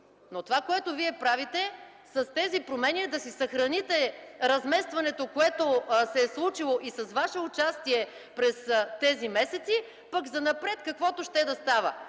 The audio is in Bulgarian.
Това, което правите с тези промени, е да си съхраните разместването, което се е случило с вашето участие през тези месеци, пък занапред – каквото ще да става.